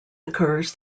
occurs